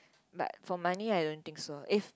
but for money I don't think so if